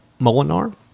Molinar